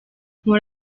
mpora